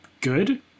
good